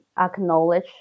acknowledge